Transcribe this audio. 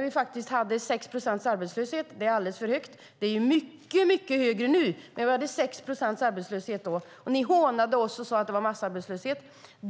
2006 hade vi 6 procent arbetslöshet - det var alldeles för högt, men det är mycket högre nu - och man hånade oss och sade att det var massarbetslöshet.